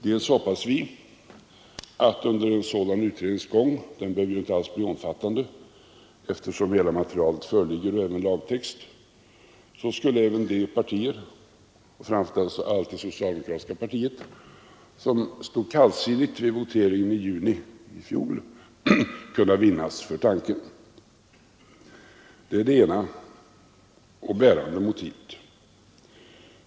Vi hoppas att under en sådan utrednings gång — den behöver inte alls bli omfattande, eftersom hela materialet och även lagtext föreligger — skulle även de partier, framför allt det socialdemokratiska partiet, som stod kallsinniga vid voteringen i juni i fjol kunna vinnas för tanken. Det är det ena och bärande motivet.